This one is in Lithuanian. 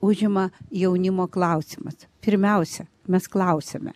užima jaunimo klausimas pirmiausia mes klausiame